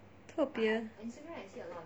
特别